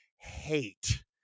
hate